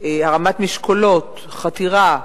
הרמת משקולות, חתירה,